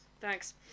Thanks